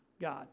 God